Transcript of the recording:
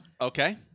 Okay